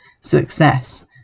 success